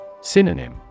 synonym